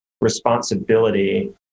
responsibility